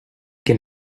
can